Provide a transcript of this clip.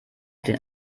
den